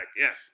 yes